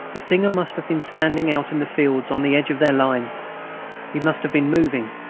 the singer must have been standing out in the fields on the edge of their line he must have been moving,